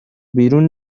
بیرون